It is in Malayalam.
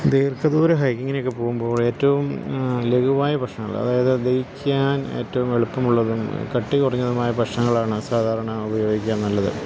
ദീർഘദൂര ഹൈക്കിങ്ങിനൊക്കെ പോകുമ്പോൾ ഏറ്റവും ലഘുവായ ഭക്ഷണങ്ങൾ അതായത് ദഹിക്കാൻ ഏറ്റവും എളുപ്പമുള്ളതും കട്ടി കുറഞ്ഞതുമായ ഭക്ഷണങ്ങളാണ് സാധാരണ ഉപയോഗിക്കാൻ നല്ലത്